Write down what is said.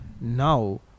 now